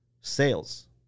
sales